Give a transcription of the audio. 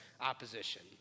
opposition